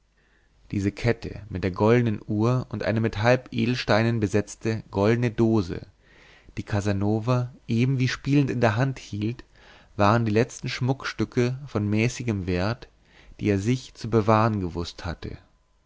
diese kette mit der goldenen uhr und eine mit halbedelsteinen besetzte goldene dose die casanova eben wie spielend in der hand hielt waren die letzten schmuckstücke von mäßigem wert die er sich zu bewahren gewußt hatte